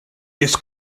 its